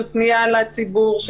של פנייה לציבור,